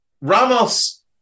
Ramos